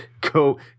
go